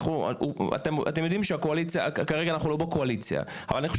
אתם יודעים שאנחנו כרגע לא בקואליציה אבל אני חושב